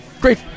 Great